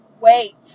wait